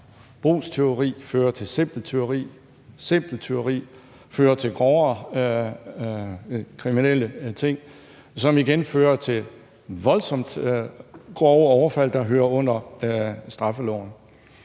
brugstyveri fører til simpelt tyveri, at simpelt tyveri fører til grovere kriminelle ting, som igen fører til voldsomt grove overfald, der hører under straffeloven.